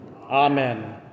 Amen